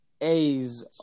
A's